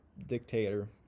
dictator